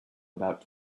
about